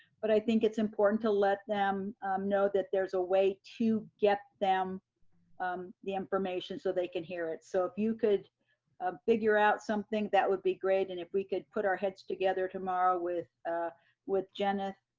but i think it's important to let them know that there's a way to get them the information so they can hear it. so if you could ah figure out something, that would be great. and if we could put our heads together tomorrow with ah with jenith